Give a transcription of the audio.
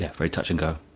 yeah very touch and go.